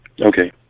Okay